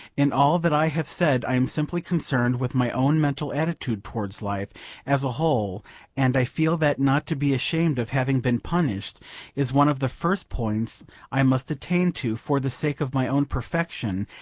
in all that i have said i am simply concerned with my own mental attitude towards life as a whole and i feel that not to be ashamed of having been punished is one of the first points i must attain to, for the sake of my own perfection,